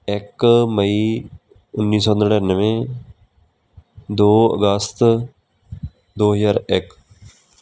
ਇੱਕ ਮਈ ਉੱਨੀ ਸੌ ਨੜ੍ਹਿਨਵੇਂ ਦੋ ਅਗਸਤ ਦੋ ਹਜ਼ਾਰ ਇੱਕ